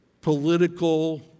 political